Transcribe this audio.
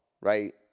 right